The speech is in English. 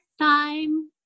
time